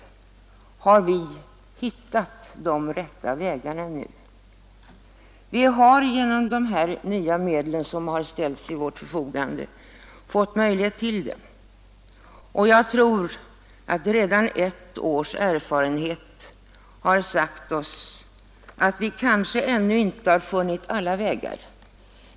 Och har vi hittat de rätta vägarna? Genom de nya medel som ställts till vårt förfogande har vi fått möjlighet till det, och jag tror att redan ett års erfarenhet säger oss att vi ännu inte har funnit alla vägar.